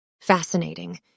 Fascinating